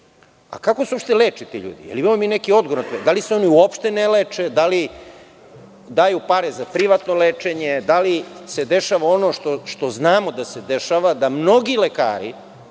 – kako se uopšte leče ti ljudi? Da li imamo neki odgovor na to pitanje? Da li se oni uopšte ne leče, da li daju pare za privatno lečenje? Da li se dešava ono što znamo da se dešava da mnogi lekari,